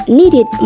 needed